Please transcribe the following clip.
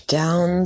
down